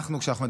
כשאנחנו מדברים,